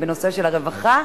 של הרווחה.